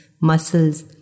muscles